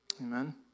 Amen